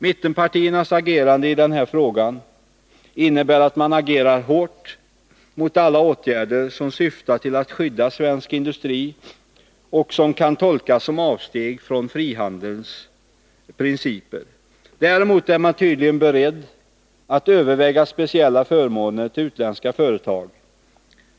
Mittenpartiernas agerande i den här frågan innebär att man går till hårt angrepp mot alla åtgärder som syftar till att skydda svensk industri och som kan tolkas som avsteg från frihandelns principer. Däremot är man tydligen beredd att överväga speciella förmåner för utländska företag.